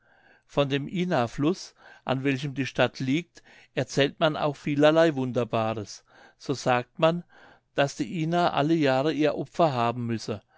von dem ihnafluß an welchem die stadt liegt erzählt man auch vielerlei wunderbares so sagt man daß die ihna alle jahre ihr opfer haben müsse